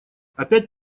опять